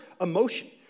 emotion